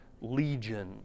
legion